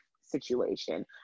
situation